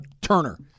Turner